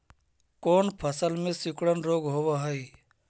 कोन फ़सल में सिकुड़न रोग होब है?